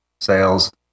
sales